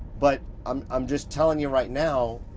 but i'm i'm just telling you right now,